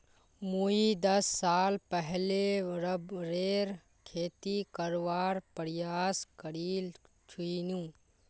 मुई दस साल पहले रबरेर खेती करवार प्रयास करील छिनु